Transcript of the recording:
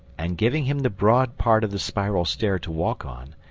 and, giving him the broad part of the spiral stair to walk on,